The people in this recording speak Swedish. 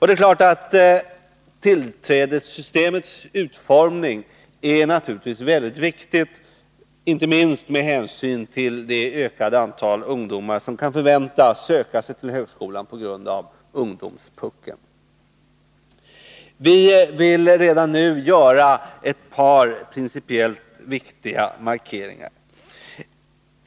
Det är klart att tillträdessystemets utformning är väldigt viktig, inte minst med hänsyn till det ökade antal ungdomar som kan förväntas söka sig till högskolan på grund av ungdomspuckeln. Vi vill redan nu göra ett par principiellt viktiga markeringar.